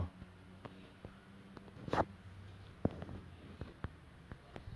because I I just even though I run a lot right like I was born